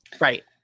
right